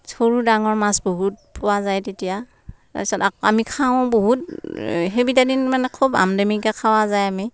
সৰু ডাঙৰ মাছ বহুত পোৱা যায় তেতিয়া তাৰপিছত আকৌ আমি খাওঁ বহুত সেইকেইটা দিন মানে খুব আমদানিকে খোৱা যায় আমি